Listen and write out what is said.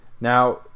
Now